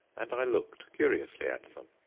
and i looked curiously at them.